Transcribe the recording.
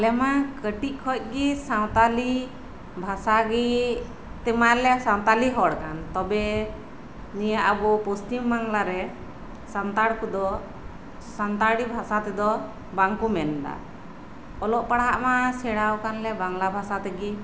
ᱟᱞᱮ ᱢᱟ ᱠᱟᱹᱴᱤᱡ ᱠᱷᱚᱱ ᱜᱮ ᱥᱟᱶᱛᱟᱞᱤ ᱵᱷᱟᱥᱟᱜᱮ ᱛᱮᱢᱟᱞᱮ ᱥᱟᱶᱛᱟᱞᱤ ᱦᱚᱲ ᱠᱟᱱ ᱛᱚᱵᱮ ᱱᱤᱭᱟᱹ ᱟᱵᱚ ᱯᱚᱥᱪᱤᱢ ᱵᱟᱝᱞᱟ ᱨᱮ ᱥᱟᱱᱛᱟᱲ ᱠᱚᱫᱚ ᱥᱟᱱᱛᱟᱲᱤ ᱵᱷᱟᱥᱟ ᱛᱮᱫᱚ ᱵᱟᱝ ᱠᱚ ᱢᱮᱱ ᱫᱟ ᱚᱞᱚᱜ ᱯᱟᱲᱦᱟᱜ ᱢᱟ ᱥᱮᱬᱟᱣ ᱠᱟᱱᱟᱞᱮ ᱵᱟᱝᱞᱟ ᱵᱷᱟᱥᱟ ᱛᱮᱜᱮ